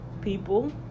people